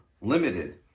limited